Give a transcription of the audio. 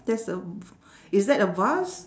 that's a v~ is that a vase